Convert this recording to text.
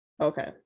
Okay